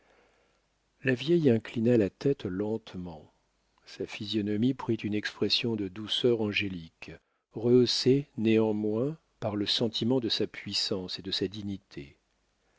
la vieille inclina la tête lentement sa physionomie prit une expression de douceur angélique rehaussée néanmoins par le sentiment de sa puissance et de sa dignité